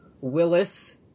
Willis